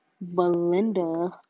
Belinda